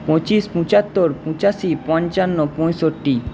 পঁচিশ পঁচাত্তর পঁচাশি পঞ্চান্ন পঁয়ষট্টি